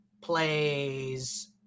plays